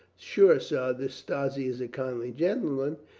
sure, sir, this strozzi is a kindly gentleman.